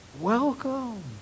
welcome